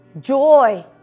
joy